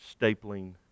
stapling